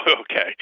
okay